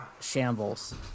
shambles